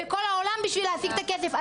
בכל העולם בשביל להשיג את הכסף.